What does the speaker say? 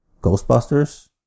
Ghostbusters